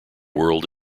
world